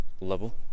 level